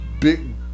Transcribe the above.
big